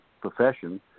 profession